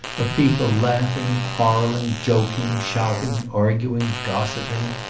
of people laughing, quarrelling, jok ing, shouting, arguing, gossiping.